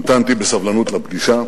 המתנתי בסבלנות לפגישה,